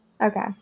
Okay